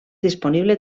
disponible